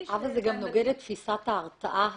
כל הנושא של מידתיות גם נוגד את תפישת ההרתעה הבסיסית.